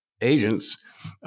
agents